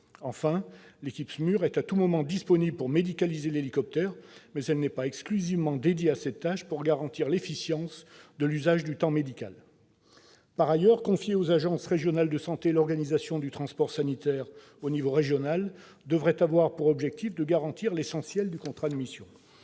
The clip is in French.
enfin, l'équipe SMUR est à tout moment disponible pour médicaliser l'hélicoptère, mais elle n'est pas exclusivement dédiée à cette tâche pour garantir l'efficience de l'usage du temps médical. Par ailleurs, confier aux agences régionales de santé l'organisation du transport sanitaire à l'échelon régional devrait avoir pour objectif de garantir l'essentiel du contrat de mission.